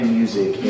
music